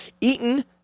Eaton